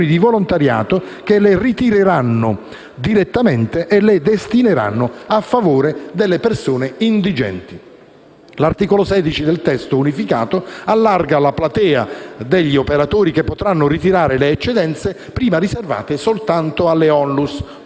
di volontariato, che le ritireranno direttamente e le destineranno «a favore di persone indigenti». L'articolo 16 del testo unificato allarga la platea degli operatori che potranno ritirare le eccedenze, prima riservata solo alle ONLUS,